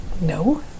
No